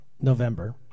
November